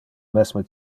mesme